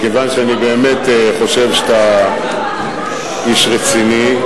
מכיוון שאני באמת חושב שאתה איש רציני,